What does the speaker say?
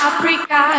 Africa